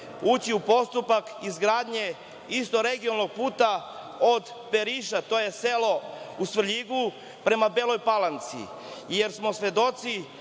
ući u postupak izgradnje istog regionalnog puta od Beriša, to je selo u Svrljigu prema Beloj Palanci? Svedoci